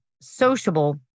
sociable